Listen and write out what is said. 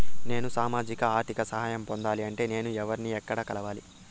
నేను సామాజిక ఆర్థిక సహాయం పొందాలి అంటే నేను ఎవర్ని ఎక్కడ కలవాలి?